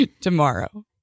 Tomorrow